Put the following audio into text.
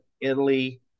italy